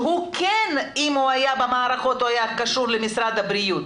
שאם הוא כן היה במערכות הוא היה קשור למשרד הבריאות,